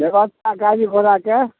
बेबस्था गाड़ी घोड़ाके